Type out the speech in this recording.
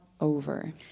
over